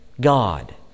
God